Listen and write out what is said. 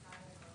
מילה,